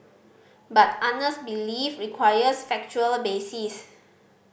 but honest belief requires factual basis